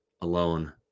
alone